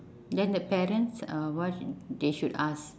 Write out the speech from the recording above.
then the parents uh what they should ask